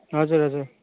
हजुर हजुर